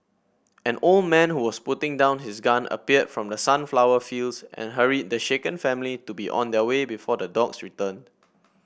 an old man who was putting down his gun appeared from the sunflower fields and hurried the shaken family to be on their way before the dogs return